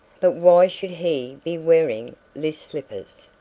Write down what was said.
but why should he be wearing list slippers?